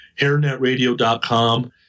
HairNetRadio.com